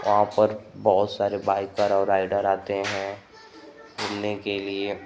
वहाँ पर बहुत सारे बाइक़र्स और राइडर्स आते हैं घूमने के लिए